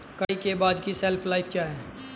कटाई के बाद की शेल्फ लाइफ क्या है?